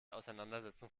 auseinandersetzung